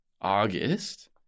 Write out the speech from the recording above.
August